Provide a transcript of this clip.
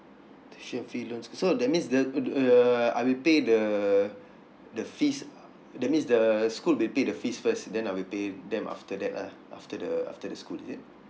tuition fee loans so that means the err I will pay the the fees that means the school they pay the fees first then I will pay them after that lah after the after the school is it